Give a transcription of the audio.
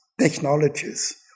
technologies